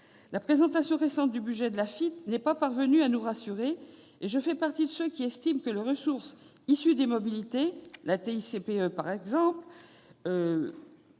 La présentation récente du budget de l'Afitf n'est pas parvenue à nous rassurer. Je fais partie de ceux pour qui les ressources issues des mobilités, la TICPE notamment,